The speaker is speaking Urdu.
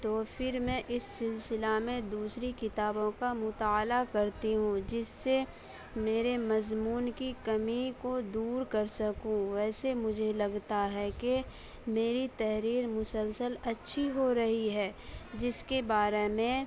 تو پھر میں اس سلسلہ میں دوسری کتابوں کا مطالعہ کرتی ہوں جس سے میرے مضمون کی کمی کو دور کر سکوں ویسے مجھے لگتا ہے کہ میری تحریر مسلسل اچھی ہو رہی ہے جس کے بارے میں